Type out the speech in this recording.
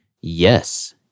yes